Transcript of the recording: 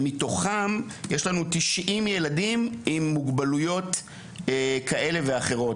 מתוכם יש לנו 90 ילדים עם מוגבלויות כאלה ואחרות,